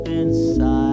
inside